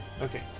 Okay